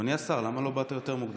אדוני השר, למה לא באת יותר מוקדם?